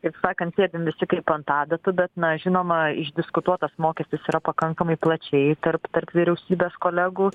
kaip sakant sėdim visi kaip ant adatų bet na žinoma išdiskutuotas mokestis yra pakankamai plačiai tarp tarp vyriausybės kolegų